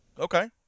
Okay